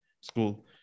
school